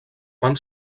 fan